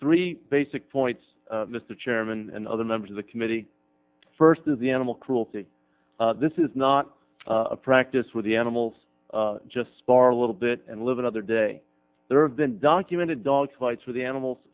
three basic points mr chairman and other members of the committee first of the animal cruelty this is not a practice with the animals just spar a little bit and live another day there have been documented dog fights for the animals